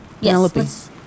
yes